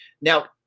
Now